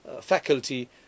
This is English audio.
faculty